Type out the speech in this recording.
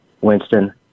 Winston